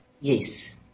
Yes